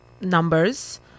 numbers